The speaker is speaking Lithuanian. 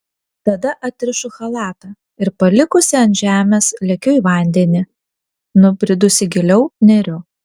tada atsirišu chalatą ir palikusi ant žemės lekiu į vandenį nubridusi giliau neriu